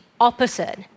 opposite